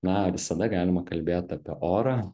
na visada galima kalbėt apie orą